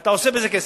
אתה עושה מזה כסף,